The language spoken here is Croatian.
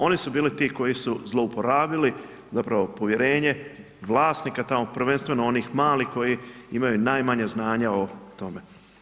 Oni su bili ti koji su zlouporabili zapravo povjerenje vlasnika tamo prvenstveno onih malih koji imaju najmanja znanja o tome.